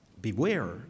Beware